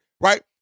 right